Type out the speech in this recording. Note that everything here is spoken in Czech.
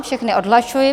Všechny odhlašuji.